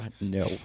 No